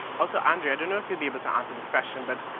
also, andrea, i don't know if you'll be able to answer this question, but